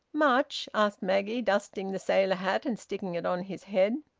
much? asked maggie, dusting the sailor hat and sticking it on his head.